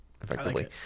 effectively